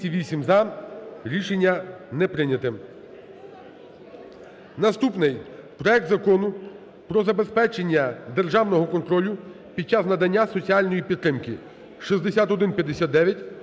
Наступний – проект Закону про забезпечення державного контролю під час надання соціальної підтримки (6159,